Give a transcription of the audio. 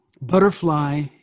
Butterfly